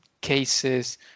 cases